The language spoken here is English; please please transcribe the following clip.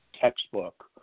textbook